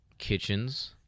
Kitchens